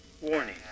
Warning